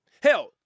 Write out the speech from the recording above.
Hell